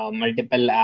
multiple